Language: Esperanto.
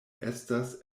estas